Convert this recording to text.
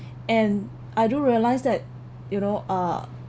and I do realise that you know uh